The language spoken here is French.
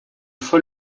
fois